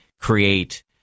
create